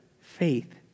faith